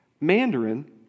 Mandarin